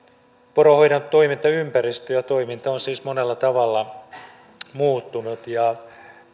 poronhoidon toimintaympäristö ja toiminta on siis monella tavalla muuttunut ja